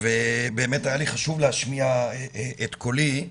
ובאמת היה לי חשוב להשמיע את קולי.